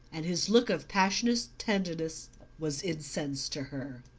and his look of passionate tenderness was incense to her.